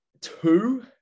two